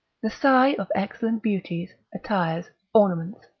the sight of excellent beauties, attires, ornaments,